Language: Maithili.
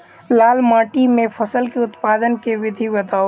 लाल माटि मे फसल केँ उत्पादन केँ विधि बताऊ?